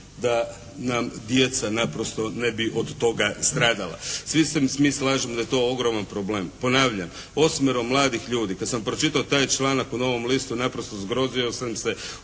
da nam djeca naprosto ne bi od toga stradala. Svi se mi slažemo da je to ogroman problem. Ponavljam, osmero mladih ljudi, kad sam pročitao taj članak u "Novom listu" naprosto zgrozio sam se,